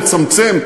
לצמצם,